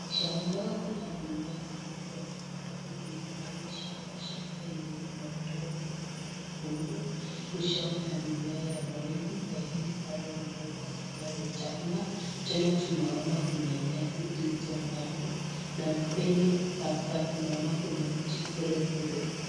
Shamba, kuna mimea zilizoonekana vizuri kwa hili shamba, shamba yenye iko na udongo nyekundu, ni shamba ya mimea ya mahindi. Mahindi bado mdogo sana ni changa, tena tunaona kuna nyasi zilizo kando na mbele kabisaa tunaona kuna mti zile refu refu.